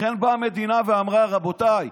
לכן באה המדינה ואמרה: רבותיי,